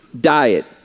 diet